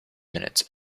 minutes